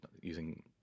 using